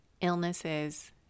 illnesses